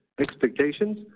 expectations